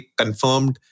confirmed